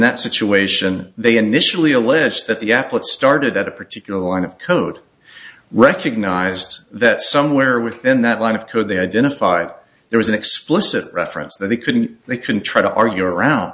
that situation they initially allege that the applet started at a particular line of code recognized that somewhere within that line of code they identified there was an explicit reference that they couldn't they can try to argue around